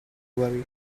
worry